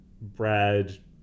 Brad